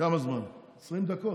כמה זמן, 20 דקות?